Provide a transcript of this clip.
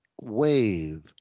wave